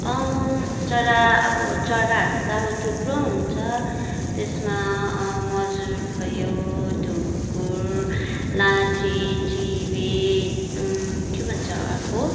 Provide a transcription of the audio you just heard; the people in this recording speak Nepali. चरा अब चराहरू त थुप्रो हुन्छ त्यसमा मजुर भयो ढुकुर लाँचे चिबे के भन्छ अर्को